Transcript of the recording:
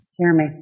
Jeremy